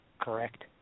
correct